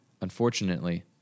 Unfortunately